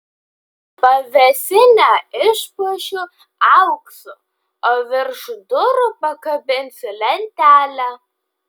pavėsinę išpuošiu auksu o virš durų pakabinsiu lentelę